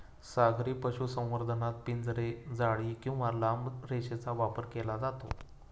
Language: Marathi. सागरी पशुसंवर्धनात पिंजरे, जाळी किंवा लांब रेषेचा वापर केला जातो